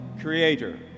Creator